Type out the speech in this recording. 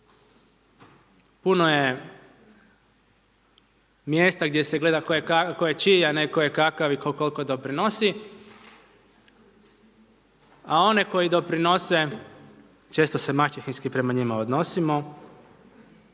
puno je mjesta gdje se gleda tko je čiji a ne tko je kakav i tko koliko doprinosi. A one koji doprinose često se maćehinski prema njima odnosimo